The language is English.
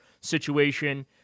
situation